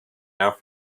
earth